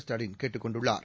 ஸ்டாவின் கேட்டுக் கொண்டுள்ளார்